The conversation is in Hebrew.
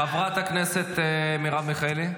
חברת הכנסת מרב מיכאלי,